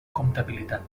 comptabilitat